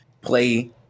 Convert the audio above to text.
play